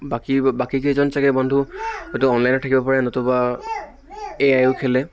বাকী বাকী কেইজন চাগে বন্ধু হয়তো অনলাইনত থাকিব পাৰে নতুবা এ আই ও খেলে